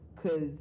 Cause